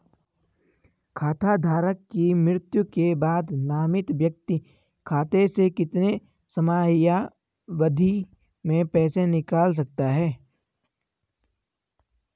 खाता धारक की मृत्यु के बाद नामित व्यक्ति खाते से कितने समयावधि में पैसे निकाल सकता है?